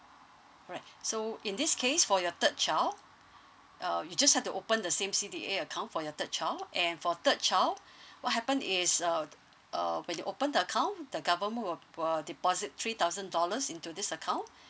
alright so in this case for your third child uh you just have to open the same C_D_A account for your third child and for third child what happen is uh uh when you open account the government will will deposit three thousand dollars into this account